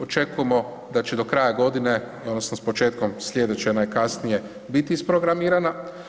Očekujemo da će do kraja godina odnosno s početkom slijedeće najkasnije biti isprogramirana.